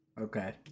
Okay